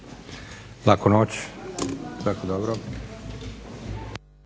Laku noć! Svako dobro!